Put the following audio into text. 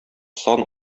сан